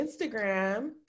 instagram